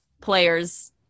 players